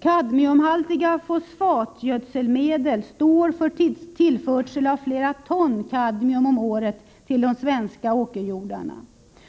Kadmiumhaltiga fosfatgödselmedel står för tillförsel av flera ton kadmium om året till de svenska åkerjordarna,